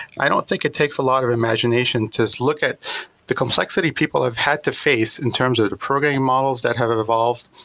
i don't think it takes a lot of imagination to look at the complexity people have had to face in terms of the programming models that have evolved,